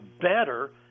better